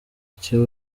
cy’u